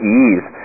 ease